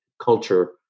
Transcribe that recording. culture